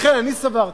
לכן אני סברתי